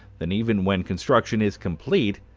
then, even when construction is complete,